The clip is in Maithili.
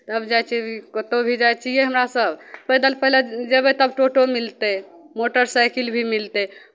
तब जाइ छियै कतहु भी जाइ छियै हमरासभ पैदल पहिले जेबै तब तऽ ऑटो मिलतै मोटरसाइकिल भी मिलतै